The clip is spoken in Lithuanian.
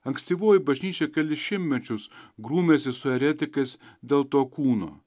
ankstyvoji bažnyčia kelis šimtmečius grūmėsi su eretikais dėl to kūno